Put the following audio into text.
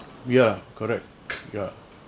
ya correct ya